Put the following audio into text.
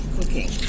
cooking